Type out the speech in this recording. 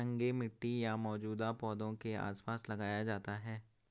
नंगे मिट्टी या मौजूदा पौधों के आसपास लगाया जाता है